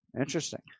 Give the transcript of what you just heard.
Interesting